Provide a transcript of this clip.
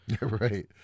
right